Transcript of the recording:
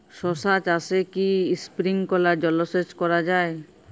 শশা চাষে কি স্প্রিঙ্কলার জলসেচ করা যায়?